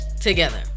together